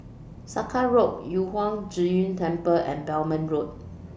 Sakra Road Yu Huang Zhi Zun Temple and Belmont Road